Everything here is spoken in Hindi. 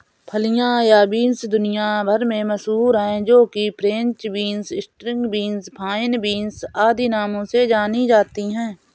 फलियां या बींस दुनिया भर में मशहूर है जो कि French beans, string beans, fine beans आदि नामों से जानी जाती है